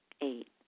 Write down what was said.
Eight